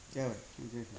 जाबाय